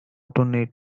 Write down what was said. knit